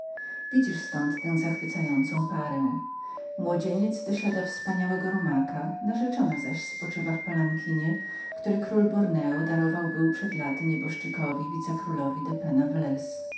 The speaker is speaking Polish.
widzisz ztąd tę zachwycającą parę młodzieniec głaszcze ręką wspinającego się rumaka narzeczona zaś siedzi w palankinie który król borneo darował był przed laty nieboszczykowi wicekrólowi penna velez